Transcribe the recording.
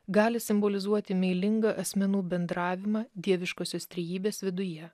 gali simbolizuoti meilingą asmenų bendravimą dieviškosios trejybės viduje